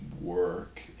work